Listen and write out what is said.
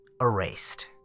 erased